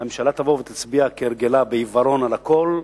הממשלה תבוא ותצביע, כהרגלה, בעיוורון על הכול,